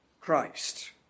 Christ